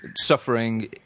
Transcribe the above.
suffering